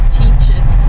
teaches